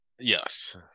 Yes